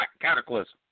cataclysm